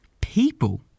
people